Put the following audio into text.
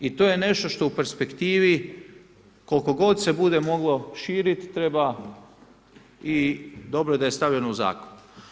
I to je nešto što u perspektivi koliko god se bude moglo širit treba i dobro da je stavljeno u zakon.